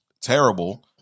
terrible